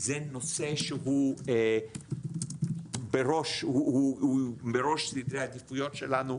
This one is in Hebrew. זה נושא שהוא בראש סדרי העדיפויות שלנו,